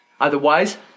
Otherwise